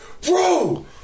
Bro